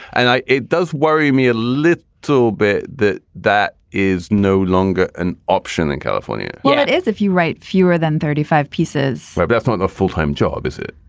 and it does worry me a little, too. but that that is no longer an option in california yeah, it is. if you write fewer than thirty five pieces, that's not a full-time job, is it?